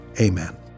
Amen